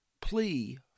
plea